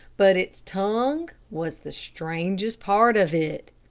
but its tongue was the strangest part of it.